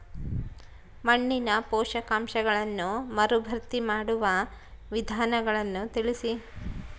ಮಣ್ಣಿನ ಪೋಷಕಾಂಶಗಳನ್ನು ಮರುಭರ್ತಿ ಮಾಡುವ ವಿಧಾನಗಳನ್ನು ತಿಳಿಸಿ?